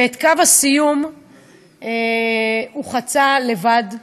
ואת קו הסיום הוא חצה לבד,